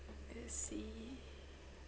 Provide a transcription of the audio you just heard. let's see